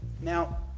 Now